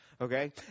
Okay